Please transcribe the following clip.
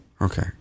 okay